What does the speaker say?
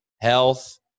health